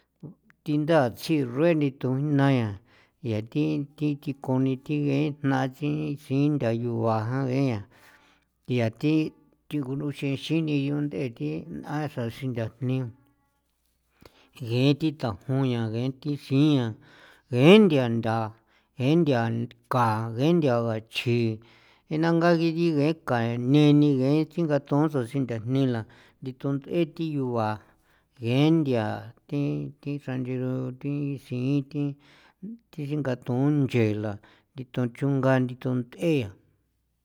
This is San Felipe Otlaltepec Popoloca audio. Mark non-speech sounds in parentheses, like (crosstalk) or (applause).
Thi nda tsji rueni tujna yaa yaa thi (noise) thinkuni thi ngee jna thi siin ntha yugua jan ngeeña (noise) yaa thi thingu xruxenxini yu nd'e thi n'a xa xii ntha (noise) jni ngee thi tajun yaa ngee thi siin yaa ngee nthia ntha ngee nthia ka ngee nthia gachji ngee na ngaginyi geenka neni ngee nch'i ngat'on ndosingathoon sinthanijla thi thund'e thi yugua ngee nthia thi thi xra ncheru thi siin thi thi singathun ncheela thi tunchungani thi thund'e yaa.